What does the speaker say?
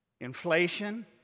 Inflation